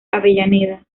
avellaneda